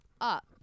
up